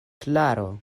klaro